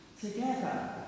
together